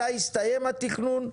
מתי יסתיים התכנון?